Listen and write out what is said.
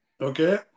Okay